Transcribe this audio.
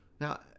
Now